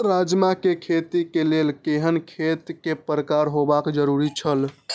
राजमा के खेती के लेल केहेन खेत केय प्रकार होबाक जरुरी छल?